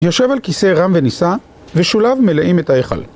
יושב על כיסא רם ונישא, ושוליו מלאים את ההיכל